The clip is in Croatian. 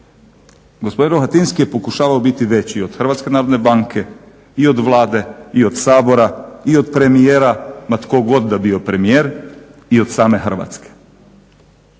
Gospodin Rohatinski je pokušavao biti veći i od HNB-a i od Sabora i od premijera ma tko god da bio premijer i od same Hrvatske.